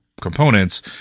components